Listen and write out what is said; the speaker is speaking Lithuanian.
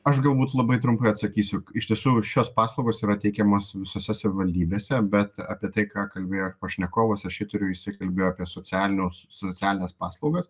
aš galbūt labai trumpai atsakysiu iš tiesų šios paslaugos yra teikiamos visose savivaldybėse bet apie tai ką kalbėjo pašnekovas aš įtariu jisai kalbėjo apie socialinius socialines paslaugas